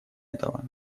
этого